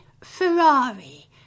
Ferrari